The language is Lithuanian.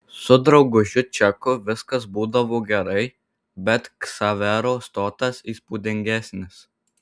su draugužiu čeku viskas būdavo gerai bet ksavero stotas įspūdingesnis